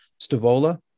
Stavola